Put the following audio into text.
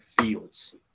Fields